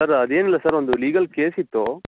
sir ಅದೇನಿಲ್ಲ sir ಒಂದು legal case ಇತ್ತು